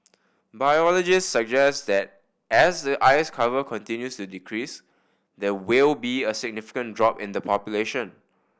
biologists suggest that as the ice cover continues to decrease there will be a significant drop in the population